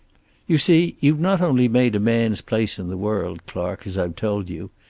you see, you've not only made a man's place in the world, clark, as i've told you.